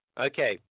Okay